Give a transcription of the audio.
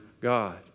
God